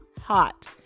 hot